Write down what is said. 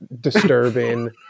disturbing